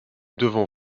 devant